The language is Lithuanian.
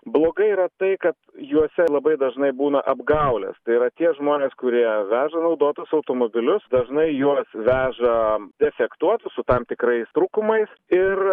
blogai yra tai kad juose labai dažnai būna apgaulės tai yra tie žmonės kurie veža naudotus automobilius dažnai juos veža defektuotus su tam tikrais trūkumais ir